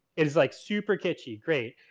is like super kitschy. great,